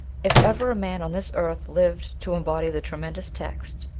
if ever a man on this earth lived to embody the tremendous text,